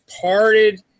parted